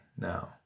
now